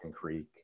Creek